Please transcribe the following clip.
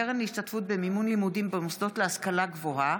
(קרן להשתתפות במימון לימודים במוסדות להשכלה גבוהה,